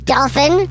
Dolphin